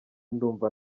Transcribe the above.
ndumva